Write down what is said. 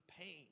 pain